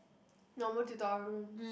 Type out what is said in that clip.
normal tutorial rooms